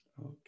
Okay